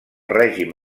règim